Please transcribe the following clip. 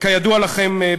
כידוע לכם,